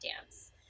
dance